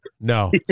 no